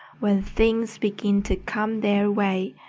when things begin to come their way,